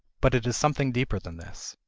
but it is something deeper than this.